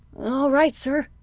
all right, sir,